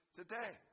today